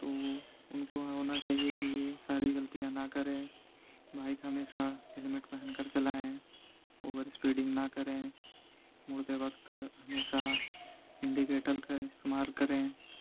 تو ان کو ہونا چاہیے کہ یہ ساری غلطیاں نہ کریں بائیک ہمیشہ ہیلمٹ پہن کر چلائیں اوور اسپیڈنگ نہ کریں مڑتے وقت ہمیشہ انڈیکیٹل کا استعمال کریں